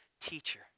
teacher